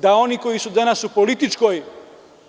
Da oni koji su danas u političkoj,